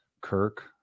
Kirk